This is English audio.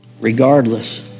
regardless